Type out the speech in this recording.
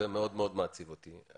זה מאוד מאוד מעציב אותי.